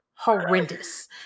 horrendous